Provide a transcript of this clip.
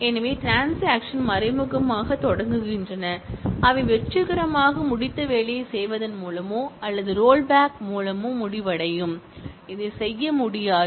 எனவே ட்ரான்ஸாக்ஷன் மறைமுகமாகத் தொடங்குகின்றன அவை வெற்றிகரமாக முடித்த வேலையைச் செய்வதன் மூலமோ அல்லது ரோல் பேக் மூலமோ முடிவடையும் இதைச் செய்ய முடியாது